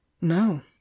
no